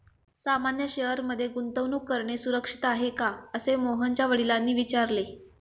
सामान्य शेअर मध्ये गुंतवणूक करणे सुरक्षित आहे का, असे मोहनच्या वडिलांनी विचारले